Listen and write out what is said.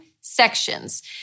sections